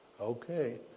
Okay